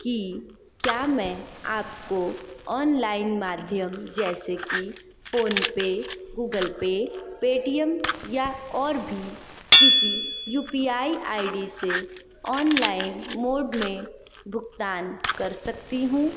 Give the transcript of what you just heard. की क्या मैं आपको ऑनलाइन माध्यम जैसे कि फोनपे गूगल पे पेटीएम या और भी किसी U P I I D से ऑनलाइन मोड में भुगतान कर सकती हूँ